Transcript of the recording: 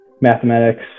mathematics